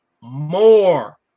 more